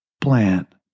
plant